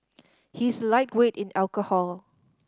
he is a lightweight in alcohol